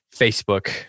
Facebook